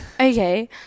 Okay